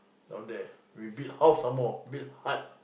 down there we build house some more build hut